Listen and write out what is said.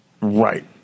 Right